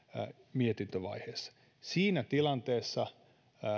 mietintövaiheessa siinä tilanteessa